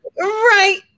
Right